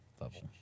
level